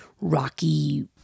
rocky